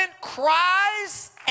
cries